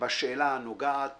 בשאלה הנוגעת